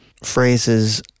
phrases